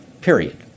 period